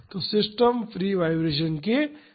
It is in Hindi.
तो सिस्टम फ्री वाईब्रेशन के अधीन है